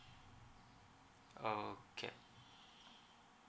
okay